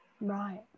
right